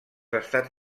estats